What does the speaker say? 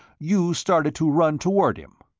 you started to run toward him.